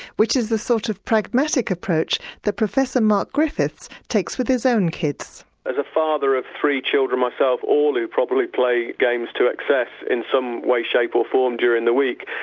which is the sort of pragmatic approach that professor mark griffiths takes with his own kids. as a father of three children myself, all who probably play games to excess in some way, shape or form during the week,